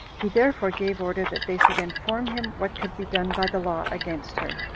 he therefore gave order that they should inform him what could be done by the law against her.